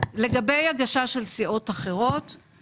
לגבי הגשה של סיעות אחרות,